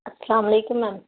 السلام علیکم میم